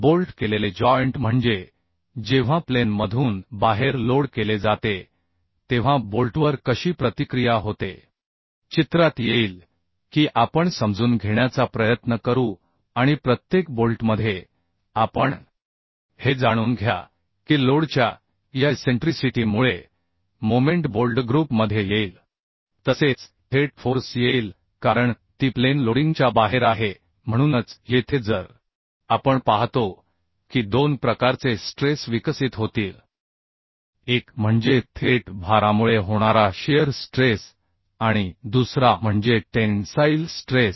bolt केलेले joint म्हणजे जेव्हा प्लेन मधून बाहेर लोड केले जाते तेव्हा बोल्टवर कशी प्रतिक्रिया होते चित्रात येईल की आपण समजून घेण्याचा प्रयत्न करू आणि प्रत्येक बोल्टमध्ये आपण हे जाणून घ्या की लोडच्या या इसेंट्रीसिटी मुळे मोमेंट बोल्ड ग्रुप मध्ये येईल तसेच थेट फोर्स येईल कारण ती प्लेन लोडिंगच्या बाहेर आहे म्हणूनच येथे जर आपण पाहतो की 2 प्रकारचे स्ट्रेस विकसित होतील एक म्हणजे थेट भारामुळे होणारा शिअर स्ट्रेस आणि दुसरा म्हणजे टेन्साईल स्ट्रेस